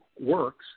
works